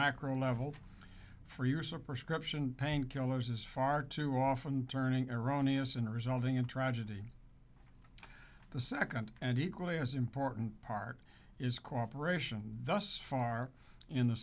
macro level for years a prescription pain killers is far too often turning erroneous and resulting in tragedy the second and equally as important part is cooperation thus far in the